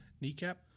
Kneecap